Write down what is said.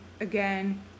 again